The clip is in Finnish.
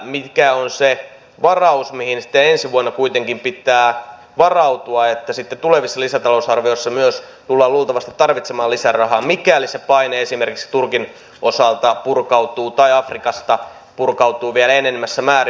mikä on se varaus mihin sitten ensi vuonna kuitenkin pitää varautua että sitten tulevissa lisätalousarvioissa myös tullaan luultavasti tarvitsemaan lisärahaa mikäli se paine esimerkiksi turkin osalta purkautuu tai afrikasta purkautuu vielä enenevässä määrin